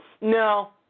No